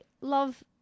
love